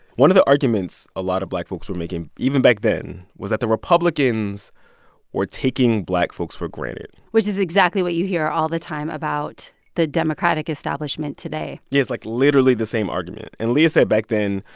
one of the arguments a lot of black folks were making, even back then, was that the republicans were taking black folks for granted which is exactly what you hear all the time about the democratic establishment today yeah. it's, like, literally the same argument. and leah said, back then,